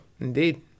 Indeed